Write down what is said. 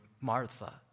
martha